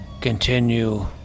continue